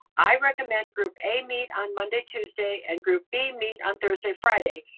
i recommend group a meet on monday, tuesday, and group b meet on thursday, friday,